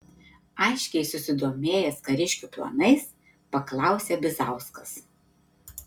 aiškiai susidomėjęs kariškių planais paklausė bizauskas